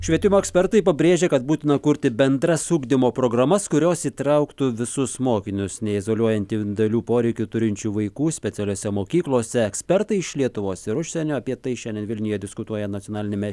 švietimo ekspertai pabrėžia kad būtina kurti bendras ugdymo programas kurios įtrauktų visus mokinius neizoliuojant dalių poreikių turinčių vaikų specialiose mokyklose ekspertai iš lietuvos ir užsienio apie tai šiandien vilniuje diskutuoja nacionaliniame